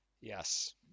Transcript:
Yes